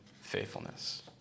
faithfulness